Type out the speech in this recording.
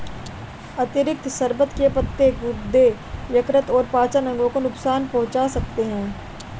अतिरिक्त शर्बत के पत्ते गुर्दे, यकृत और पाचन अंगों को नुकसान पहुंचा सकते हैं